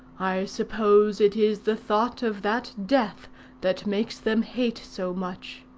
i suppose it is the thought of that death that makes them hate so much.